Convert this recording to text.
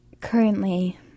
currently